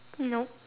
nope